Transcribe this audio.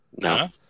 No